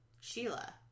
sheila